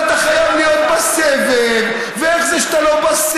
והיה סבב ואתה חייב להיות בסבב ואיך זה שאתה לא בסבב,